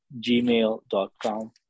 gmail.com